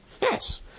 Yes